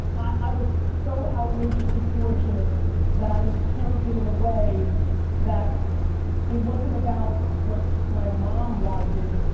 i was so outrageously fortunate that i was parented in a way that it wasn't about what my mom wanted,